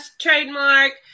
trademark